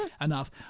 enough